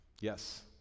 Yes